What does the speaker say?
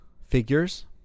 figures